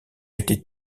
été